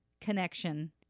connection